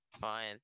Fine